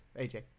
AJ